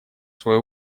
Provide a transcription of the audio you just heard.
свое